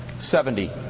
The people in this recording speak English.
Seventy